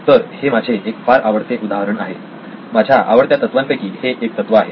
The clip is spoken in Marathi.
तर हे माझे एक फार आवडते उदाहरण आहे माझ्या आवडत्या तत्त्वांपैकी हे एक तत्व आहे